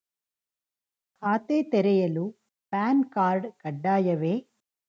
ಖಾತೆ ತೆರೆಯಲು PAN card ಕಡ್ಡಾಯವೇ?